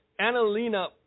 Annalena